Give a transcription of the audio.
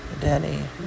Danny